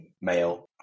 male